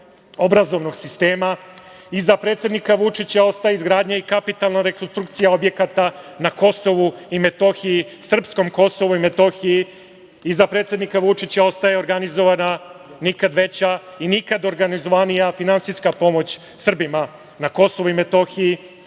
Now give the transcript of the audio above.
obrazovnog sistema. Iza predsednika Vučića ostaje izgradnja i kapitalna rekonstrukcija objekata na Kosovu i Metohiji, srpskom Kosovu i Metohiji. Iza predsednika Vučića ostaje organizovana nikad veća i nikad organizovanija finansijska pomoć Srbima na KiM.